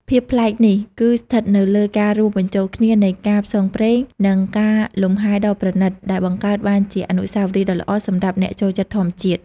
ភាពប្លែកនេះគឺស្ថិតនៅលើការរួមបញ្ចូលគ្នានៃការផ្សងព្រេង និងការលំហែដ៏ប្រណីត ដែលបង្កើតបានជាអនុស្សាវរីយ៍ដ៏ល្អសម្រាប់អ្នកចូលចិត្តធម្មជាតិ។